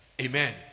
Amen